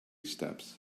steps